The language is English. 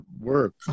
work